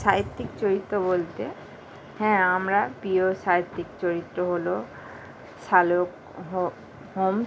সাহিত্যিক চরিত্র বলতে হ্যাঁ আমার প্রিয় সাহিত্যিক চরিত্র হলো শার্লক হোম্স